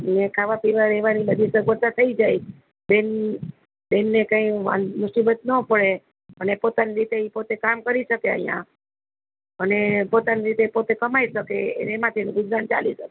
ને ખાવા પીવા રહેવાની બધી સગવડતા થઈ જાય બેન બેનને કંઈ આમ મુસીબત ના પડે અને પોતાની રીતે કામ કરી શકે અહીંયા અને પોત પોતાની રીતે કમાઈ શકે એમાંથી બધું ગુજરાન ચાલી શકે